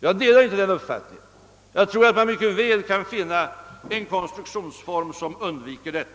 Jag delar inte den uppfattningen. Jag tror att man mycket väl kan finna en sådan konstruktionsform att detta undviks.